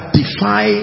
defy